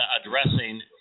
addressing